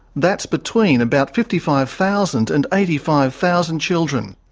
that's between about fifty five thousand and eighty five thousand children.